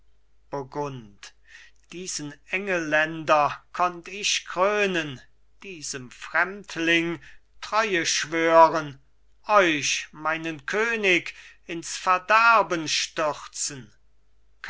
burgund diesen engelländer konnt ich krönen diesem fremdling treue schwören euch meinen könig ins verderben stürzen